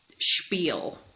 spiel